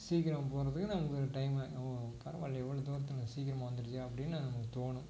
சீக்கிரம் போகிறதுக்கு நம்மளுக்கு ஒரு டைம் ஆகும் ஓ பரவாயில்லையே இவ்வளோ தூரத்தில் சீக்கிரமாக வந்துடுச்சே அப்படின்னு நமக்குத் தோணும்